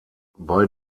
bei